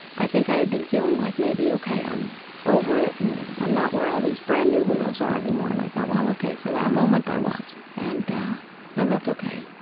i think i had been feeling like maybe, ok, i'm over it. it. and i'm not where all these brand-new widows are anymore. and i thought, well, ok, for that moment i was, and and that's ok.